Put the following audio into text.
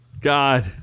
God